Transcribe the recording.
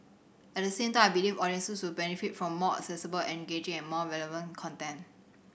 at the same time I believe audiences will benefit from more accessible engaging and more relevant content